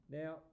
now